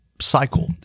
cycle